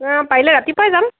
অঁ পাৰিলে ৰাতিপুৱা যাম